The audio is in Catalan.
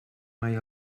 mai